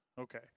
Okay